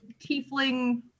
tiefling